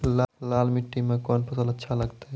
लाल मिट्टी मे कोंन फसल अच्छा लगते?